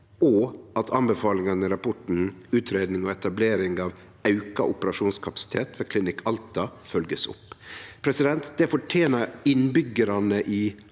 og at anbefalingane i rapporten «utredning og etablering av økt operasjonskapasitet ved Klinikk Alta» blir følgde opp. Det fortener innbyggjarane i